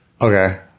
Okay